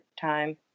time